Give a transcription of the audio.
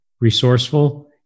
resourceful